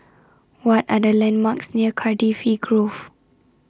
What Are The landmarks near Cardifi Grove